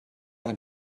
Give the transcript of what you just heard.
ein